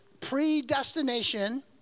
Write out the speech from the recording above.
predestination